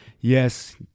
Yes